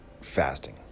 fasting